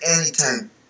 anytime